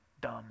dumb